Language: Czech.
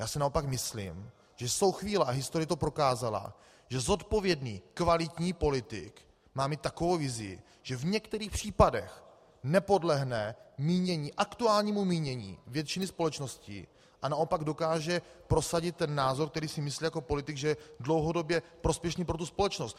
Já si naopak myslím, že jsou chvíle, a historie to prokázala, že zodpovědný kvalitní politik má mít takovou vizi, že v některých případech nepodlehne aktuálnímu mínění většiny společnosti, a naopak dokáže prosadit ten názor, o kterém si myslí jako politik, že je dlouhodobě prospěšný pro společnost.